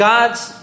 God's